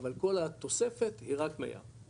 אבל כל התוספת היא רק מי ים,